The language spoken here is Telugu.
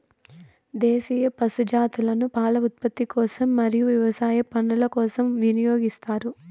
దేశీయ పశు జాతులను పాల ఉత్పత్తి కోసం మరియు వ్యవసాయ పనుల కోసం వినియోగిస్తారు